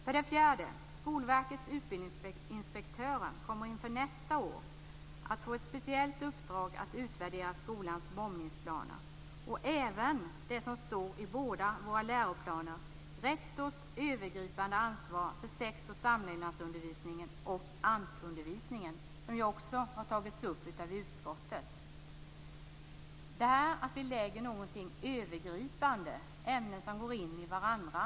För det fjärde: Skolverkets utbildningsinspektörer kommer inför nästa år att få ett speciellt uppdrag att utvärdera skolans mobbningsplaner, liksom det som står i båda våra läroplaner, rektors övergripande ansvar för sex och samlevnadsundervisningen och ANT-undervisningen. Det har ju också tagits upp av utskottet. Vi lägger där någonting övergripande, ämnen som går in i varandra.